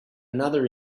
another